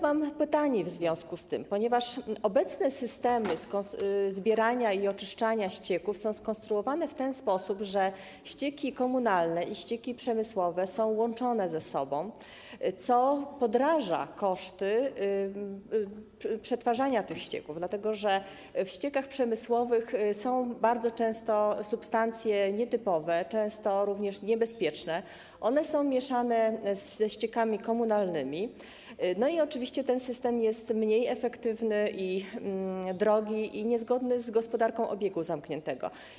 Mam pytanie w związku z tym, że obecne systemy zbierania i oczyszczania ścieków są skonstruowane w ten sposób, że ścieki komunalne i ścieki przemysłowe są łączone ze sobą, co podraża koszty przetwarzania tych ścieków, dlatego że w ściekach przemysłowych są bardzo często substancje nietypowe, często również niebezpieczne, one są mieszane ze ściekami komunalnymi i oczywiście ten system jest mniej efektywny i drogi, i niezgodny z gospodarką obiegu zamkniętego.